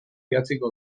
idatziko